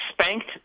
spanked